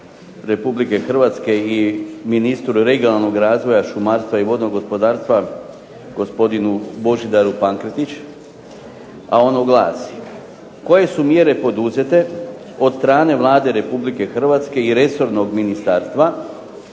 Vlade i ministru regionalnog razvoja, šumarstva i vodnog gospodarstva gospodinu Božidaru Pankretiću. A ono glasi, koje su mjere poduzeće od strane Vlada Republike Hrvatske i resornog ministarstva